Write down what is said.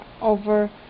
over